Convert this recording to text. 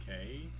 Okay